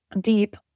deep